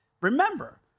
remember